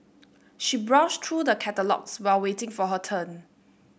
she browsed through the catalogues while waiting for her turn